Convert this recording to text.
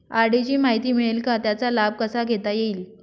RD ची माहिती मिळेल का, त्याचा लाभ कसा घेता येईल?